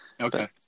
okay